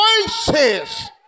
voices